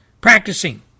practicing